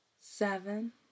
seven